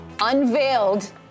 unveiled